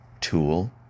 tool